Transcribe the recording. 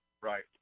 Right